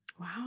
Wow